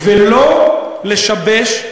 ולא לשבש,